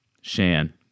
Shan